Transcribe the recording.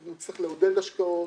אנחנו נצטרך לעודד השקעות,